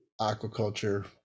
aquaculture